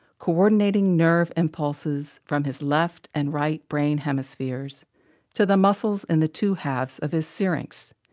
coordinating nerve impulses from his left and right brain hemispheres to the muscles in the two halves of his syrinx,